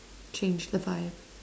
change the vibe